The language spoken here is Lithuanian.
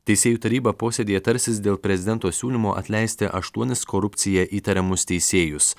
teisėjų taryba posėdyje tarsis dėl prezidento siūlymo atleisti aštuonis korupcija įtariamus teisėjus